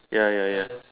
ya ya ya